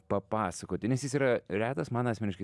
papasakoti nes jis yra retas man asmeniškai